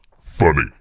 funny